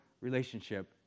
relationship